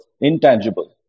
intangible